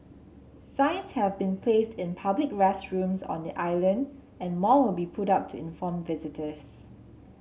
signs have been placed in public restrooms on the island and more will be put up to inform visitors